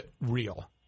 real